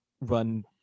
run